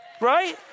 Right